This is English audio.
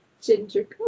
ginger